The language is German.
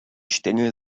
stängel